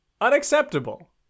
Unacceptable